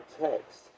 text